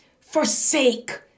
forsake